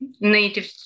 native